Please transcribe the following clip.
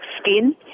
skin